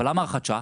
אבל למה הוראת שעה?